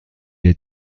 est